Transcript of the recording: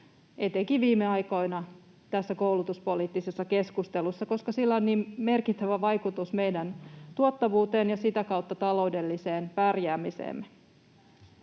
etenkin viime aikoina tässä koulutuspoliittisessa keskustelussa, koska sillä on niin merkittävä vaikutus meidän tuottavuuteemme ja sitä kautta taloudelliseen pärjäämiseemme.